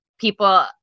people